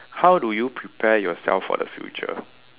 how do you prepare yourself for the future